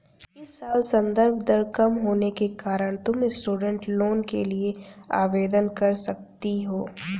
इस साल संदर्भ दर कम होने के कारण तुम स्टूडेंट लोन के लिए आवेदन कर सकती हो